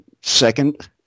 Second